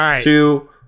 two